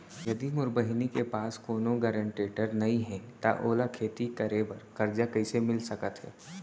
यदि मोर बहिनी के पास कोनो गरेंटेटर नई हे त ओला खेती बर कर्जा कईसे मिल सकत हे?